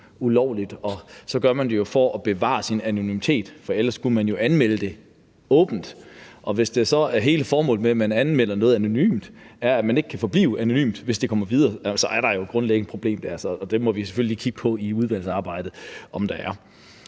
ulovligt, så gør man det jo for at bevare sin anonymitet, for ellers kunne man anmelde det åbent. Hvis hele formålet er, at man anmelder noget anonymt og så ikke kan forblive anonym, hvis det kommer videre, så er der grundlæggende et problem der. Det må vi selvfølgelig kigge på i udvalgsarbejdet om der er.